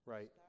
Right